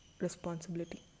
responsibility